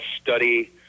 study